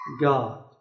God